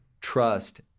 trust